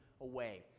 away